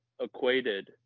equated